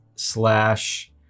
slash